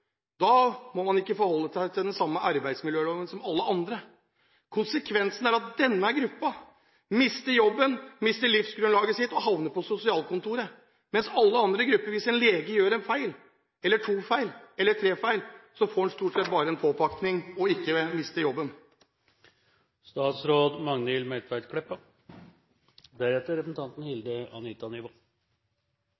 da må de ikke forholde seg til den samme arbeidsmiljøloven som alle andre. Konsekvensen er at denne gruppen mister jobben, mister livsgrunnlaget sitt og havner på sosialkontoret. Men hvis en lege gjør én feil, to feil eller tre feil, får han stort sett bare en påpakning – og mister ikke jobben. Representanten